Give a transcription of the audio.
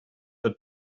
the